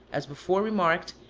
as before remarked,